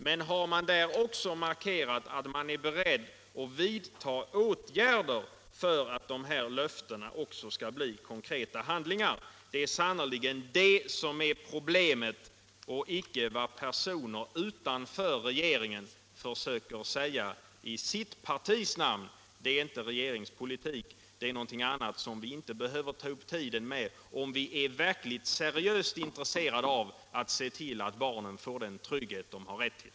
Men har man där också markerat att man är beredd att vidta åtgärder för att dessa löften skall bli konkreta handlingar? Det är sannerligen detta som är problemet och icke vad personer utanför regeringen försöker säga i sitt partis namn. Det är inte regeringspolitik, det är någonting som vi inte behöver ta upp tid med, om vi är verkligt seriöst intresserade av att se till att barnen får den trygghet de har rätt till.